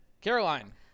caroline